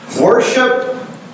Worship